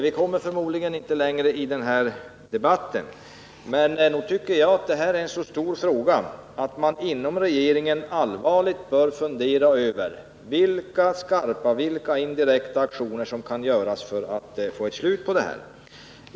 Vi kommer förmodligen inte längre i den här debatten, men jag vill framhålla att jag tycker att detta är en så stor fråga att man inom regeringen allvarligt bör fundera över vilka skarpa, indirekta aktioner som kan sättas in för att få ett slut på detta.